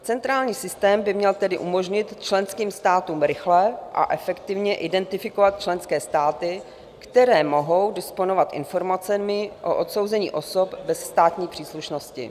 Centrální systém by měl tedy umožnit členským státům rychle a efektivně identifikovat členské státy, které mohou disponovat informacemi o odsouzení osob bez státní příslušnosti.